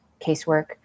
casework